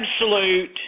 absolute